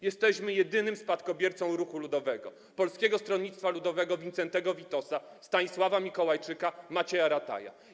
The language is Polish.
Jesteśmy jedynym spadkobiercą ruchu ludowego, Polskiego Stronnictwa Ludowego Wincentego Witosa, Stanisława Mikołajczyka i Macieja Rataja.